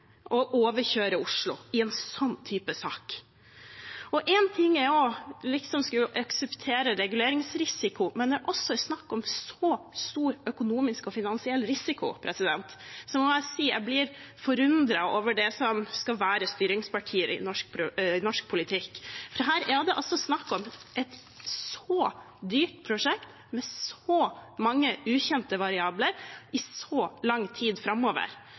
overkjøre Oslo i en sånn type sak. Én ting er å skulle akseptere reguleringsrisiko, men når det også er snakk om så stor økonomisk og finansiell risiko, må jeg si jeg blir forundret over det som skal være styringspartier i norsk politikk, for her er det snakk om et så dyrt prosjekt, med så mange ukjente variabler i så lang tid framover,